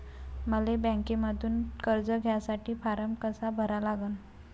मले बँकेमंधून कर्ज घ्यासाठी फारम कसा भरा लागन?